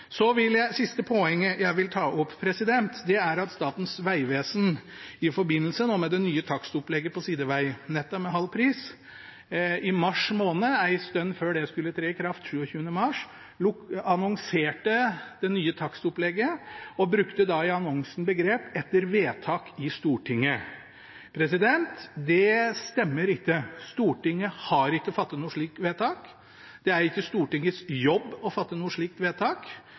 siste poenget jeg vil ta opp, er at Statens vegvesen, i forbindelse med det nye takstopplegget med halv pris på sideveinettet, i mars måned, en stund før det skulle tre i kraft, 27. mars, annonserte det nye takstopplegget og brukte i annonsen begrepet «etter vedtak i Stortinget». Det stemmer ikke. Stortinget har ikke fattet noe slikt vedtak. Det er ikke Stortingets jobb å fatte noe slikt vedtak.